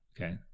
Okay